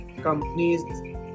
companies